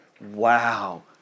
wow